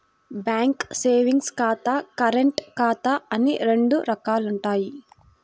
bank savings ఖాతా, current ఖాతా అని రెండు రకాలుంటయ్యి